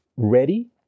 ready